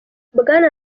bwana